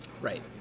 right